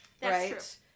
Right